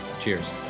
Cheers